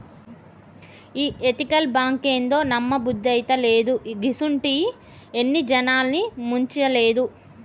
ఈ ఎతికల్ బాంకేందో, నమ్మబుద్దైతలేదు, గిసుంటియి ఎన్ని జనాల్ని ముంచలేదు